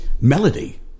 melody